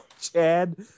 Chad